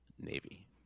Navy